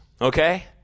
Okay